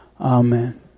Amen